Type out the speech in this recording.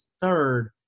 third